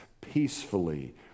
peacefully